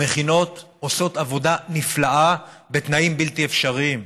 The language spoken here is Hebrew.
המכינות עושות עבודה נפלאה בתנאים בלתי אפשריים.